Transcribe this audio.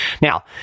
Now